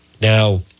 Now